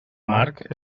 marc